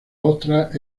otras